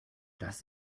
das